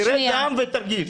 מיקי, תרד לעם ותרגיש.